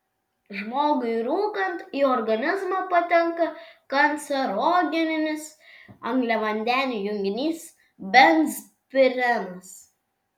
žmogui rūkant į organizmą patenka kancerogeninis angliavandenių junginys benzpirenas